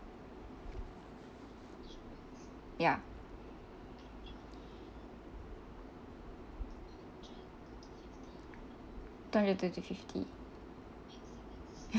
ya two hundred two to fifty